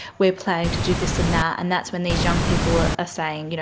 we're planning to do this and that. and that's when these young people are saying, you know